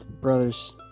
Brothers